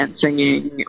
singing